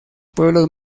pueblos